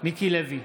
מיקי לוי,